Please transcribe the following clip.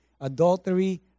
adultery